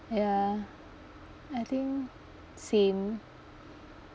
ya I think same